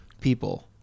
people